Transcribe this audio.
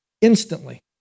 instantly